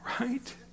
right